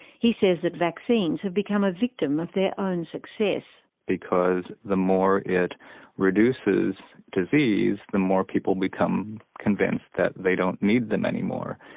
he says that vaccines have become a victim of their their own success. because the more it reduces disease, the more people become convinced that they don't need them any more,